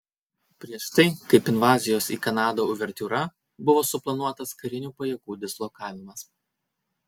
prieš tai kaip invazijos į kanadą uvertiūra buvo suplanuotas karinių pajėgų dislokavimas